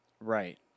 right